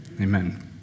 Amen